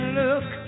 look